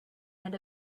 and